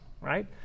right